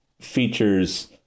features